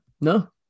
No